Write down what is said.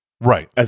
Right